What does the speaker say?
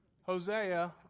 Hosea